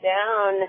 Down